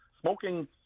smoking